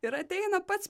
ir ateina pats